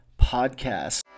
podcast